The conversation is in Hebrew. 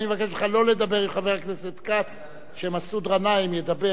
אני מבקש ממך שלא לדבר עם חבר הכנסת כץ כשמסעוד גנאים ידבר,